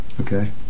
Okay